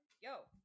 yo